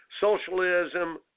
Socialism